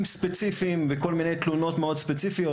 ספציפיים ובכל מיני תלונות מאוד ספציפיות.